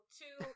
two